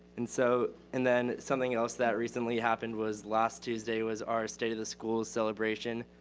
and so and then something else that recently happened was last tuesday was our state of the school celebration,